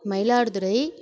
Mayiladuthurai